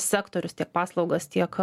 sektorius tiek paslaugas tiek